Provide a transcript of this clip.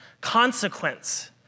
consequence